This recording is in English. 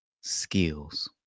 skills